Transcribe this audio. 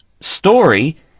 story